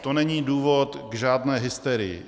To není důvod k žádné hysterii.